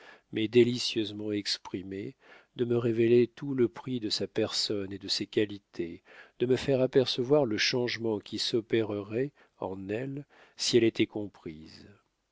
mais délicieusement exprimée de me révéler tout le prix de sa personne et de ses qualités de me faire apercevoir le changement qui s'opérerait en elle si elle était comprise